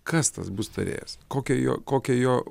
kas tas bus tarėjas kokia jo kokia jo